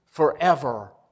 Forever